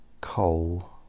coal